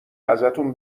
ازتون